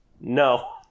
No